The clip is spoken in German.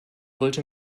wollte